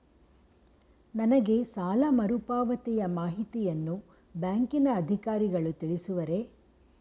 ನನಗೆ ಸಾಲ ಮರುಪಾವತಿಯ ಮಾಹಿತಿಯನ್ನು ಬ್ಯಾಂಕಿನ ಅಧಿಕಾರಿಗಳು ತಿಳಿಸುವರೇ?